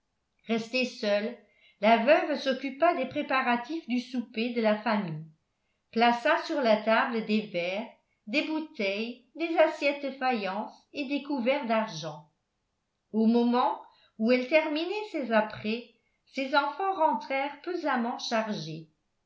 restée seule la veuve s'occupa des préparatifs du souper de la famille plaça sur la table des verres des bouteilles des assiettes de faïence et des couverts d'argent au moment où elle terminait ses apprêts ses enfants rentrèrent pesamment chargés